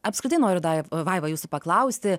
apskritai noriu dai vaiva jūsų paklausti